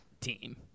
team